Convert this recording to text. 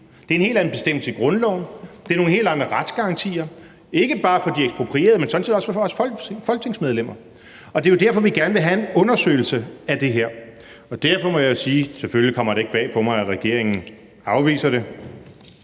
Det er en helt anden bestemmelse i grundloven, og det er nogle helt andre retsgarantier, ikke bare for de eksproprierede, men sådan set også for vores folketingsmedlemmer, og det er jo derfor, vi gerne vil have en undersøgelse af det her. Og derfor må jeg sige, at selvfølgelig kommer det